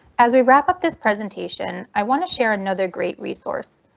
as we wrap up this presentation. i want to share another great resource.